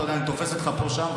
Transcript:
אתה יודע, אני תופס אותך פה ושם.